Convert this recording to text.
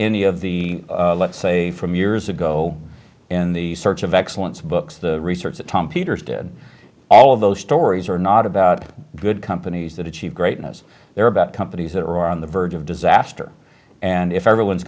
any of the let's say from years ago in the search of excellence books the research that tom peters did all of those stories are not about good companies that achieve greatness they're about companies that are on the verge of disaster and if everyone's